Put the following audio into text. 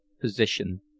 position